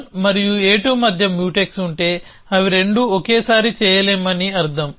A1 మరియు A2 మధ్య mutex ఉంటే అవి రెండూ ఒకేసారి చేయలేమని అర్థం